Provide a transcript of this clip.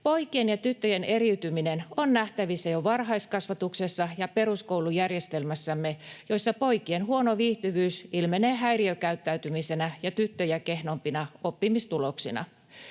Poikien ja tyttöjen eriytyminen on nähtävissä jo varhaiskasvatuksessa ja peruskoulujärjestelmässämme, joissa poikien huono viihtyvyys ilmenee häiriökäyttäytymisenä ja tyttöjä kehnompina oppimistuloksina.